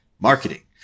Marketing